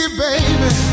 baby